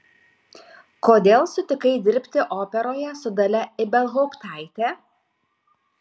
kodėl sutikai dirbti operoje su dalia ibelhauptaite